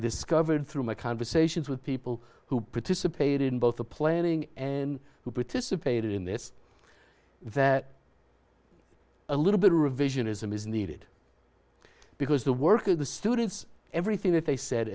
discovered through my conversations with people who participated in both the planning and who participated in this that a little bit of revisionism is needed because the work of the students everything that they said